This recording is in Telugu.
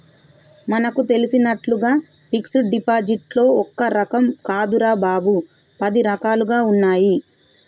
మనకు తెలిసినట్లుగా ఫిక్సడ్ డిపాజిట్లో ఒక్క రకం కాదురా బాబూ, పది రకాలుగా ఉన్నాయి